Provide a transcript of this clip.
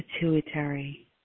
pituitary